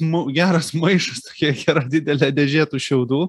mu geras maišas tokia gera didelė dėžė tų šiaudų